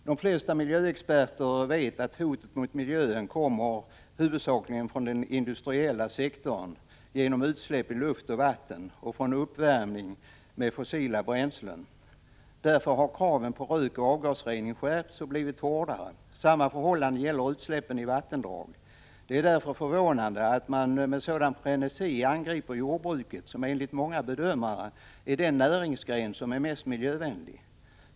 De flesta miljöexperter vet att hotet mot miljön kommer huvudsakligen från den industriella sektorn genom utsläpp i luft och vatten och från uppvärmning med fossila bränslen. Därför har kraven på rökoch avgasrening skärpts och blivit hårdare. Samma förhållande gäller utsläppen i vattendrag. Det är därför förvånande att man med sådan frenesi angriper jordbruket, som enligt många bedömare är den näringsgren som är mest miljövänlig.